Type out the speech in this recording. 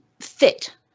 fit